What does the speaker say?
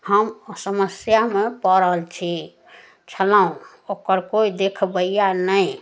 हम समस्यामे पड़ल छी छलहुँ ओकर कोइ देखबैआ नहि